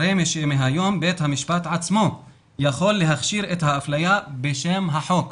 הרי שמהיום בית המשפט עצמו יכול להכשיר את האפליה בשם החוק,